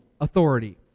authority